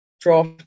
Draft